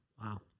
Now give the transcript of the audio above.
Wow